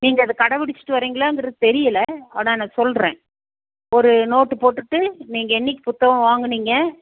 நீங்கள் அதை கடைப்புடிச்சிட்டு வரீங்களாங்கிறது தெரியலை ஆனால் நான் சொல்கிறேன் ஒரு நோட்டு போட்டுகிட்டு நீங்க என்னிக்கு புத்தகம் வாங்கனிங்க